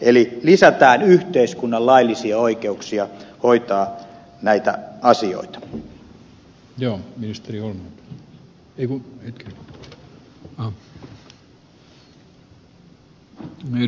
eli lisätään yhteiskunnan laillisia oikeuksia hoitaa näitä asioita